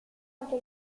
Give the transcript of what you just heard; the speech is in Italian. anche